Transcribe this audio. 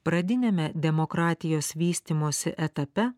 pradiniame demokratijos vystymosi etape